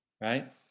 right